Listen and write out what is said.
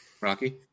Rocky